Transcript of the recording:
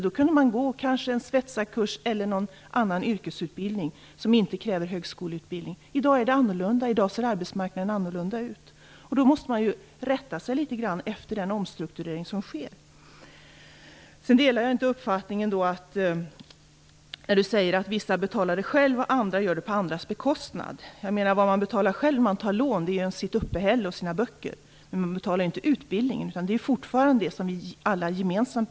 Då kunde man kanske gå en svetsarkurs eller någon annan yrkesutbildning som inte kräver högskoleutbildning. I dag är det inte så. I dag ser arbetsmarknaden annorlunda ut. Man måste rätta sig litet grand efter den omstrukturering som sker. Ulf Kristersson säger att vissa betalar sin utbildning själva och att somliga studerar på andras bekostnad. Den uppfattningen delar jag inte. Det man betalar själv när man tar lån är sitt uppehälle och sina böcker, men man betalar inte utbildningen. Den betalar vi alla fortfarande gemensamt.